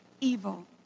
evil